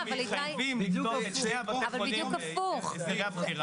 ובתהליך זוחל הפעילות בבית החולים תלך ותקטן והדבר הזה